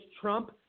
Trump